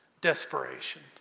desperation